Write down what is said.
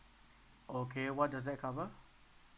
okay what does that cover